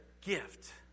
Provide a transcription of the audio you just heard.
gift